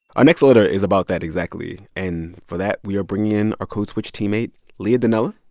our next letter is about that exactly. and for that, we are bringing in our code switch teammate leah donnella.